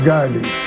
Gali